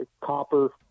Copper